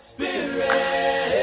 Spirit